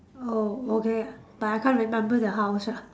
oh okay but I can't remember the house ah